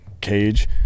cage